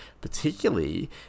particularly